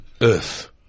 Earth